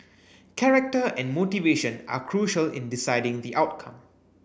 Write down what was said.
character and motivation are crucial in deciding the outcome